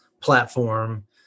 platform